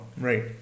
right